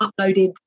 uploaded